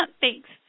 Thanks